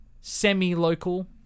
semi-local